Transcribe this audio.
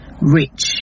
rich